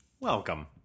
welcome